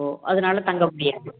ஓ அதனால தங்க முடியாது